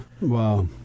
Wow